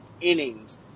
innings